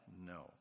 No